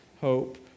hope